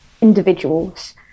individuals